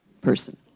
person